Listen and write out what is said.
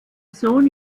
sohn